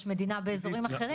יש מדינה באזורים אחרים.